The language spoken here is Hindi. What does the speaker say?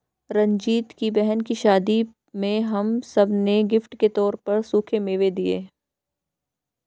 रंजीत की बहन की शादी में हम सब ने गिफ्ट के तौर पर सूखे मेवे दिए